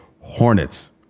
Hornets